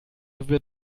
wird